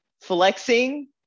flexing